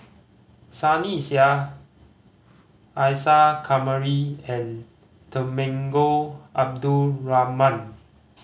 Sunny Sia Isa Kamari and Temenggong Abdul Rahman